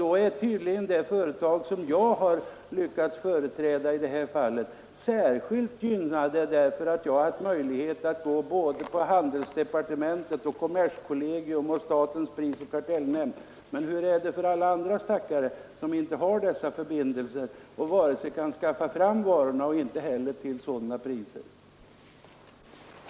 Då är tydligen det företag som jag företräder särskilt gynnat, därför att jag har haft möjlighet att tala med handelsdepartementet, kommerskollegium och statens prisoch kartellnämnd. Men hur är det för alla andra som inte har dessa förbindelser och inte kan skaffa fram varorna?